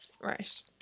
Right